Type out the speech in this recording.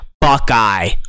Buckeye